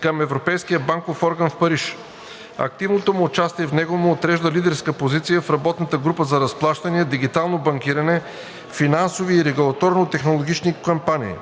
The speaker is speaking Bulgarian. към Европейския банков орган в Париж. Активното му участие в него му отрежда лидерска позиция в работната група за разплащания, дигитално банкиране, финансови и регулаторно-технологични компании.